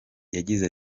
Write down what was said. yagize